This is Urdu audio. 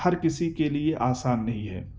ہر کسی کے لیے آسان نہیں ہے